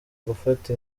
gufata